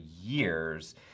years